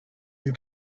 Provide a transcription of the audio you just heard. you